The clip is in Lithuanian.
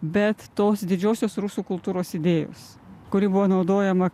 bet tos didžiosios rusų kultūros idėjos kuri buvo naudojama